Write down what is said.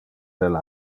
del